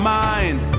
mind